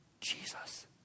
Jesus